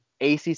ACC